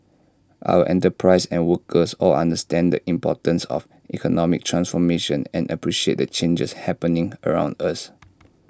our enterprises and workers all understand the importance of economic transformation and appreciate the changes happening around us